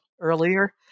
earlier